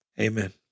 Amen